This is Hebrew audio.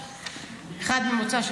אחד במוצ"ש,